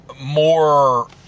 more